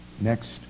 next